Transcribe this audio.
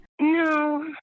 No